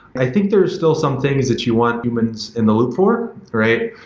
i think there're still some things that you want humans in the loop for, right?